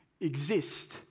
exist